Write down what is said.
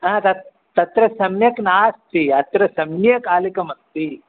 तत् तत्र सम्यक् नास्ति अत्र सम्यक् आलुकमस्ति